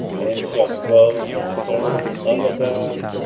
and shall go and serve other gods,